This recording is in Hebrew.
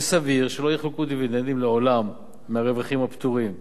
שסביר שלא יחולקו דיבידנדים לעולם מהרווחים הפטורים,